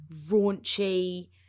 raunchy